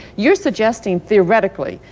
you're suggesting, theoretically,